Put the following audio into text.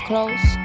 close